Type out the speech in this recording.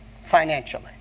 financially